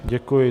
Děkuji.